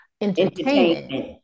entertainment